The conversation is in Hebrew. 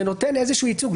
זה נותן איזה ייצוג.